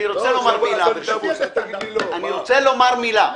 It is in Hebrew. אני רוצה לומר מילה, ברשותך.